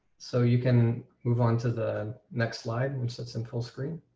so you can move on to the next slide, and which sits in full screen.